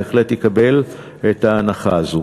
בהחלט יקבל את ההנחה הזו.